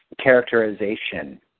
characterization